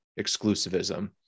exclusivism